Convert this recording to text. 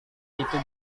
itu